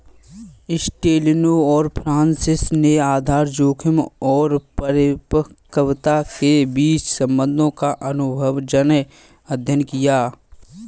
एस्टेलिनो और फ्रांसिस ने आधार जोखिम और परिपक्वता के बीच संबंधों का अनुभवजन्य अध्ययन किया